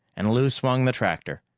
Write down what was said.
and lou swung the tractor.